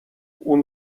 اون